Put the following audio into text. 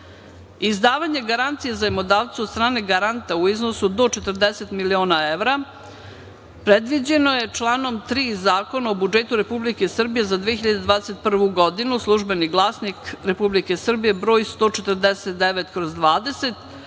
Sjenica. Izdavanje garancija zajmodavcu od strane garanta u iznosu do 40 miliona evra predviđeno je članom 3. Zakona o budžetu Republike Srbije za 2021. godinu, „Službeni glasnik RS“ broj 149/20,